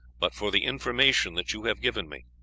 but for the information that you have given me,